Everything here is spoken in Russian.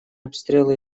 обстрелы